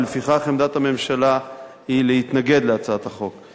ולפיכך עמדת הממשלה היא להתנגד להצעת החוק.